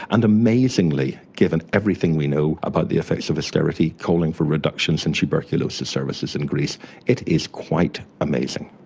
and amazingly, given everything we know about the effects of austerity, calling for reductions in tuberculosis services in greece, it is quite amazing.